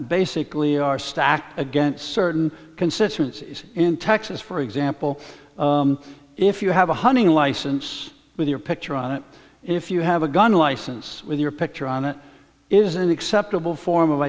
basically are stacked against certain constituencies in texas for example if you have a hunting license with your picture on it if you have a gun license with your picture on it is an acceptable form of